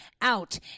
out